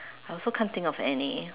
I also can't think of any